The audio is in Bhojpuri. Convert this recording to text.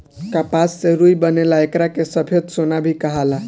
कपास से रुई बनेला एकरा के सफ़ेद सोना भी कहाला